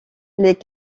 les